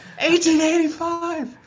1885